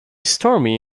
stormy